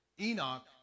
Enoch